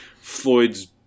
Floyd's